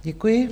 Děkuji.